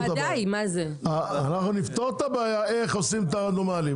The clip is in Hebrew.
אנחנו נפתור את הבעיה איך עושים את הרנדומלי,